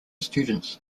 students